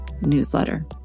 newsletter